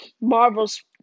Marvel's